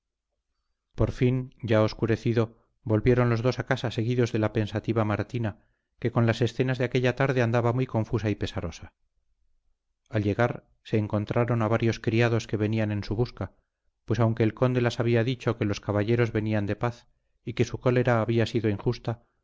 por fin ya obscurecido volvieron los dos a casa seguidos de la pensativa martina que con las escenas de aquella tarde andaba muy confusa y pesarosa al llegar se encontraron a varios criados que venían en su busca pues aunque el conde las había dicho que los caballeros venían de paz y que su cólera había sido injusta